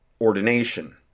ordination